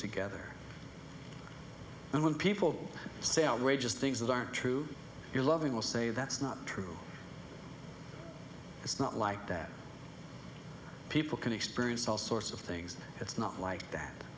together and when people say outrageous things that aren't true your loving will say that's not true it's not like that people can experience all sorts of things it's not like